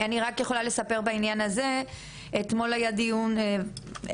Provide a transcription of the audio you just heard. אני רק יכולה לספר שבעניין הזה אתמול היה דיון להכנסה